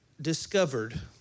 discovered